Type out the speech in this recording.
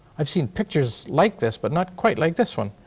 i have seen pictures like this but not quite like this one.